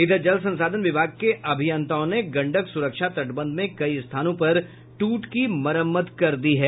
इधर जल संसाधन विभाग के अभियंताओं ने गंडक सुरक्षा तटबंध में कई स्थानों पर टूट की मरम्मत कर दी है